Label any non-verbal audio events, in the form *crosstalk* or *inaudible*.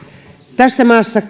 tässä maassa *unintelligible*